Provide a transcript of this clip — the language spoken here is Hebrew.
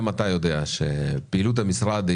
גם אתה יודע שפעילות המשרד,